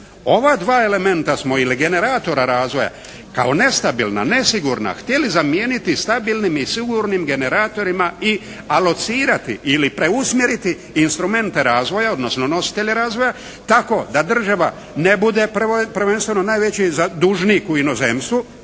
Ova dva elementa smo ili generatora razvoja kao nestabilna, nesigurna htjeli zamijeniti stabilnim i sigurnim generatorima i alocirati ili preusmjeriti instrumente razvoja, odnosno nositelje razvoja tako da država ne bude prvenstveno najveći dužnik u inozemstvu